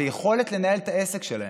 ויכולת לנהל את העסק שלהם.